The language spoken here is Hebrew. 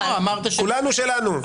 כולנו שלנו.